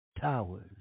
Towers